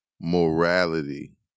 morality